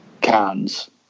cans